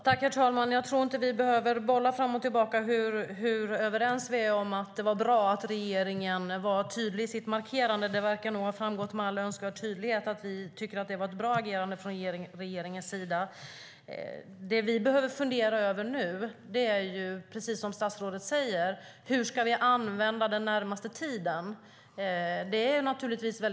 Herr talman! Vi behöver nog inte bolla fram och tillbaka hur överens vi är om att det var bra att regeringen var tydlig i sitt markerande. Det har nog framgått med all önskvärd tydlighet att vi tycker att det var ett bra agerande av regeringen. Det vi behöver fundera över är hur vi ska använda den närmaste tiden, precis som statsrådet säger.